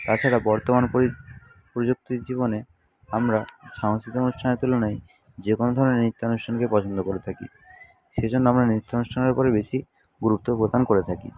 তাছাড়া বর্তমান প্রযুক্তির জীবনে আমরা সাংস্কৃতিক অনুষ্ঠানের তুলনায় যে কোনো ধরনের নৃত্য অনুষ্ঠানকেই পছন্দ করে থাকি সেজন্য আমরা নৃত্য অনুষ্ঠানের ওপরে বেশি গুরুত্ব প্রদান করে থাকি